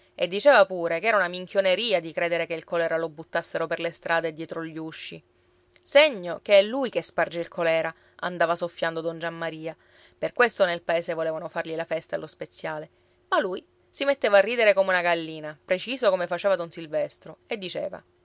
e diceva pure che era una minchioneria di credere che il colera lo buttassero per le strade e dietro gli usci segno che è lui che sparge il colèra andava soffiando don giammaria per questo nel paese volevano fargli la festa allo speziale ma lui si metteva a ridere come una gallina preciso come faceva don silvestro e diceva